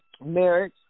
marriage